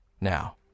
Now